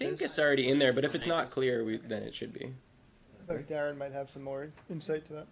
think it's already in there but if it's not clear we then it should be or might have some more insight on what